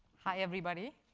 hi, everybody.